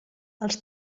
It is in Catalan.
els